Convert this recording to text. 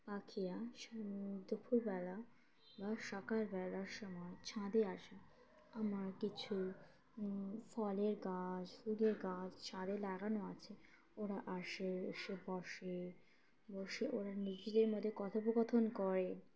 পাখিরা দুপুরবেলা বা সকালবেলার সময় ছাদে আসে আমার কিছু ফলের গাছ ফুলের গাছ ছাদে লাগানো আছে ওরা আসে এসে বসে বসে ওরা নিজেদের মধ্যে কথোপকথন করে